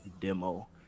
demo